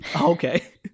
Okay